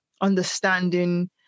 understanding